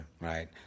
Right